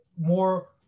More